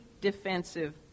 defensive